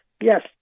Yes